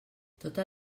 tota